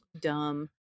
dumb